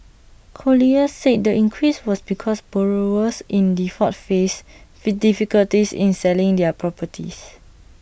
colliers said the increase was because borrowers in default faced difficulties in selling their properties